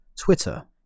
Twitter